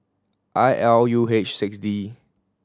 I L U H six D